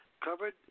covered